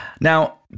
Now